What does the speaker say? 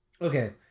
Okay